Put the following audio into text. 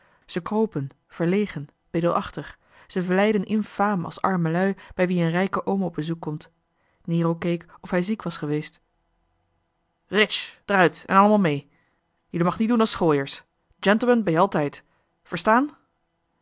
ze kropen verlegen bedelachtig ze vleiden infaam als arme lui bij wie een rijke oom op bezoek komt nero keek of hij ziek was geweest ritsj d'er uit en allemaal mee jullie mag niet doen als schooiers gentlemen ben j'altijd